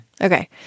Okay